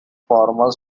former